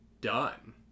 done